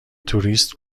توریست